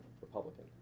Republican